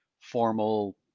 formal